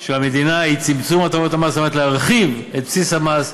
של המדינה היא צמצום הטבות מס על מנת להרחיב את בסיס המס.